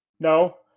No